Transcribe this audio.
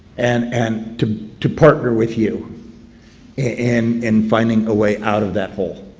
and and to to partner with you in in finding a way out of that hole.